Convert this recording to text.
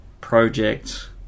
Project